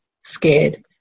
scared